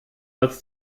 als